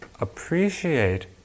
appreciate